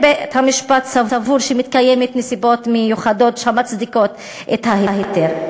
אם בית-המשפט סבור שמתקיימות נסיבות מיוחדות שמצדיקות את ההיתר.